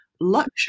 luxury